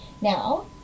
now